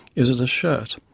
is it a shirt?